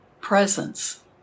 presence